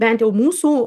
bent jau mūsų